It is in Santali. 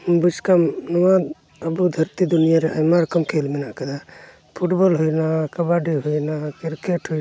ᱵᱩᱡᱽ ᱠᱟᱢ ᱱᱚᱣᱟ ᱟᱵᱚ ᱫᱷᱟᱹᱨᱛᱤ ᱫᱩᱱᱤᱭᱟᱹ ᱟᱭᱢᱟ ᱨᱚᱠᱚᱢ ᱠᱷᱮᱞ ᱢᱮᱱᱟᱜ ᱟᱠᱟᱫᱟ ᱯᱷᱩᱴᱵᱚᱞ ᱦᱩᱭᱱᱟ ᱠᱟᱵᱟᱰᱤ ᱦᱩᱭᱱᱟ ᱠᱨᱤᱠᱮᱴ ᱦᱩᱭᱱᱟ